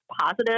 positive